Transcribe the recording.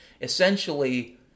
Essentially